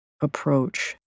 approach